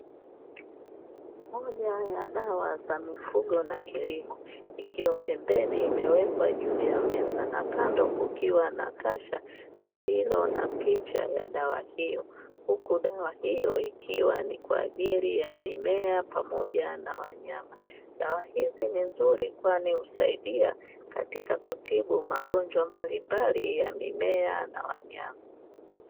Moja ya dawa za mifugo na kilimo ikiwa pembeni imewekwa juu ya meza, na kando kukiwa na kasha lililo na picha ya dawa hiyo. Huku dawa hiyo ikiwa ni kwa ajili ya mimea pamoja na wanyama. Dawa hizi ni nzuri kwani husaidia katika kutibu magonjwa mbalimbali ya mimea na wanyama.